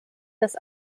das